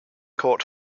caught